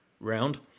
round